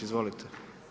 Izvolite.